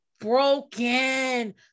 broken